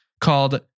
called